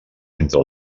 entre